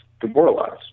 demoralized